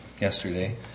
yesterday